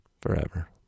forever